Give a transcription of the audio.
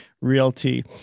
realty